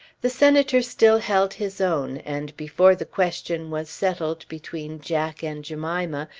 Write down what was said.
the senator still held his own, and, before the question was settled between jack and jemima,